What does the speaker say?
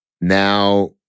now